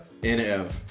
NF